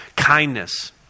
kindness